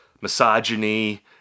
misogyny